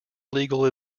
legal